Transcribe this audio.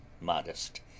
modest